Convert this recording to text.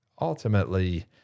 ultimately